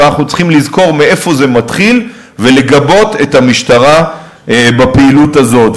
אבל אנחנו צריכים לזכור מאיפה זה מתחיל ולגבות את המשטרה בפעילות הזאת,